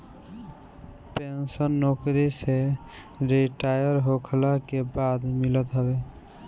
pension नोकरी से retire होखला के बाद मिलत हवे